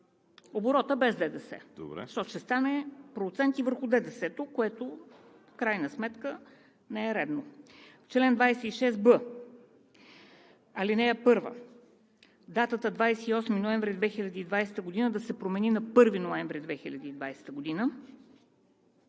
Оборотът без ДДС, защото ще стане проценти върху ДДС-то, което в крайна сметка не е редно. В чл. 26б, ал. 1 датата 28 ноември 2020 г. да се промени на „1 ноември 2020 г.“